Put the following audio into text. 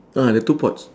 ah the two pots